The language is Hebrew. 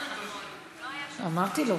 לא היה, אמרתי לו.